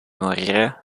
morire